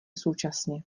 současně